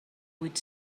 vuit